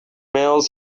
males